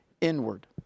inward